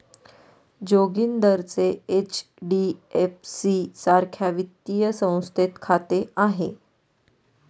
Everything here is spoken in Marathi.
जोगिंदरचे एच.डी.एफ.सी सारख्या वित्तीय संस्थेत खाते आहे